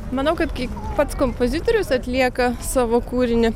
manau kad kai pats kompozitorius atlieka savo kūrinį